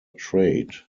trade